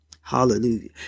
Hallelujah